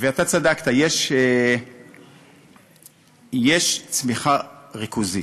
צדקת, יש צמיחה ריכוזית.